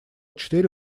четыре